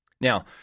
Now